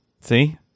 See